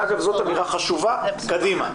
אגב, זו אמירה חשובה קדימה.